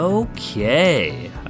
Okay